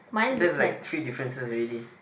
that's like three differences already